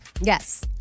Yes